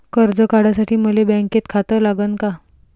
कर्ज काढासाठी मले बँकेत खातं लागन का?